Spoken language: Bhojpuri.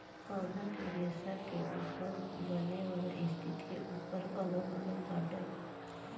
पौधा के रेसा के ओकर बनेवाला स्थिति के ऊपर अलग अलग बाटल बा